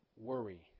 worry